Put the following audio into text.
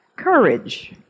courage